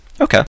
Okay